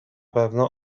pewno